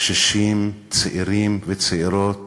קשישים, צעירים וצעירות